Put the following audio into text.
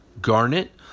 garnet